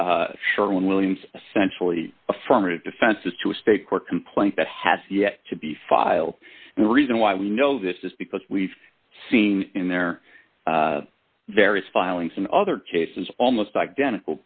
are short on williams centrally affirmative defenses to a state court complaint that has yet to be filed and the reason why we know this is because we've seen in their various filings in other cases almost identical